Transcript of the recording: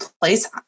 place